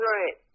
Right